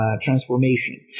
transformation